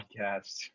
podcast